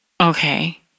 okay